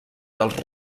dels